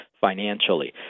financially